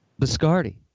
Biscardi